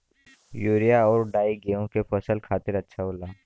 urea आउर डाई गेहूं के फसल खातिर अच्छा होला